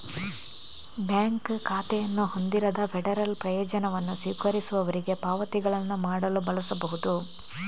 bank ಖಾತೆಯನ್ನು ಹೊಂದಿರದ federal ಪ್ರಯೋಜನವನ್ನು ಸ್ವೀಕರಿಸುವವರಿಗೆ ಪಾವತಿಗಳನ್ನು ಮಾಡಲು ಬಳಸಬಹುದು